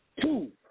Two